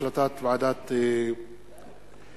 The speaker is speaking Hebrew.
החלטת ועדת החוקה,